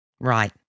Right